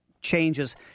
changes